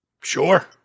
Sure